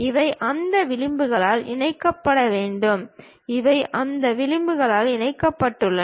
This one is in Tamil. இவை அந்த விளிம்புகளால் இணைக்கப்பட வேண்டும் இவை அந்த விளிம்புகளால் இணைக்கப்பட்டுள்ளன